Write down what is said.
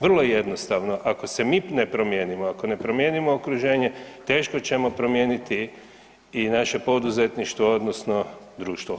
Vrlo jednostavno, ako se mi ne promijenimo, ako ne promijenimo okruženje teško ćemo promijeniti i naše poduzetništvo odnosno društvo.